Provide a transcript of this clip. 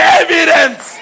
evidence